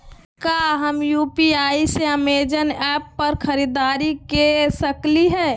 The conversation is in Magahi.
का हम यू.पी.आई से अमेजन ऐप पर खरीदारी के सकली हई?